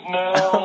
now